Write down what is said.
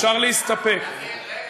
אפשר להסתפק.